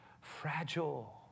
fragile